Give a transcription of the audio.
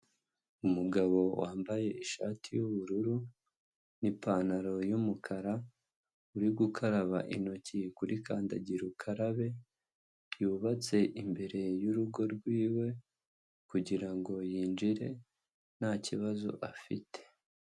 Umugabo wambaye ishati y'ubururu n'ipantaro y'umukara, uri gukaraba intoki kuri kandagira ukarabe yubatse imbere y'urugo rw'iwe kugira ngo yinjire nta kibazo afite.